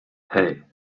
hey